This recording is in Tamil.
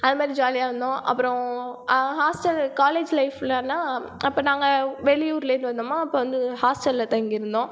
அது மாதிரி ஜாலியாக இருந்தோம் அப்றம் ஹாஸ்டல் காலேஜ் லைஃப்லெல்லாம் அப்போ நாங்கள் வெளியூரிலிருந்து வந்தோமா அப்போ வந்து ஹாஸ்டலில் தங்கியிருந்தோம்